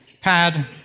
pad